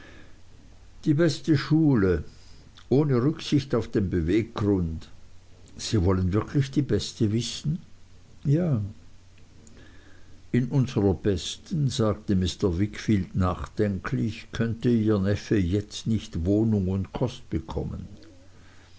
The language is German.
die beste schule ohne rücksicht auf den beweggrund sie wollen wirklich die beste wissen ja in unserer besten sagte mr wickfield nachdenklich könnte ihr neffe jetzt nicht wohnung und kost bekommen